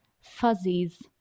fuzzies